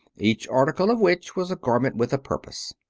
each article of which was a garment with a purpose.